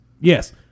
Yes